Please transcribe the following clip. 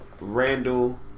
Randall